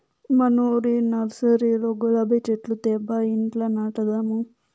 మనూరి నర్సరీలో గులాబీ చెట్లు తేబ్బా ఇంట్ల నాటదాము